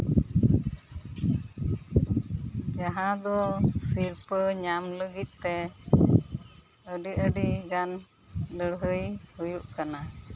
ᱡᱟᱦᱟᱸ ᱫᱚ ᱥᱤᱨᱯᱟᱹ ᱧᱟᱢ ᱞᱟᱹᱜᱤᱫ ᱛᱮ ᱟᱹᱰᱤ ᱟᱹᱰᱤ ᱜᱟᱱ ᱞᱟᱹᱲᱦᱟᱹᱭ ᱦᱩᱭᱩᱜ ᱠᱟᱱᱟ